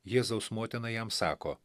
jėzaus motina jam sako